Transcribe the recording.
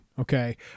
Okay